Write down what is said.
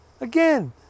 again